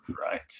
Right